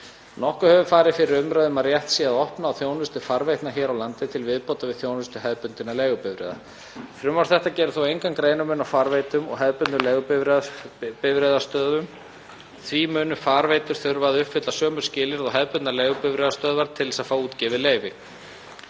Nokkuð hefur farið fyrir umræðu um að rétt sé að opna á þjónustu farveitna hér á landi til viðbótar við þjónustu hefðbundinna leigubifreiða. Frumvarp þetta gerir engan greinarmun á farveitum og hefðbundnum leigubifreiðastöðvum. Því munu farveitur þurfa að uppfylla sömu skilyrði og hefðbundnar leigubifreiðastöðvar til að fá útgefið leyfi.